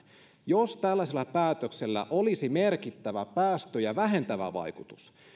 jos tällaisella päätöksellä olisi merkittävä päästöjä vähentävä vaikutus